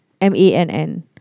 M-A-N-N